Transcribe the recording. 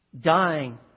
dying